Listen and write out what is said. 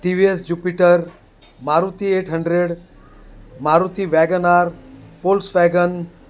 T V S Jupiter Maruti eight hundred Maruti WagonR फोल्सवॅगन